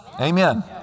Amen